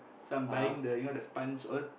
so I'm buying the you know the sponge all